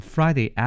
Friday